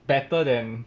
better than